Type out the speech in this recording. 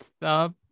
stop